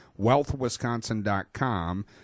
wealthwisconsin.com